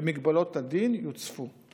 במגבלות הדין, יוצפו.